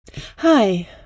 Hi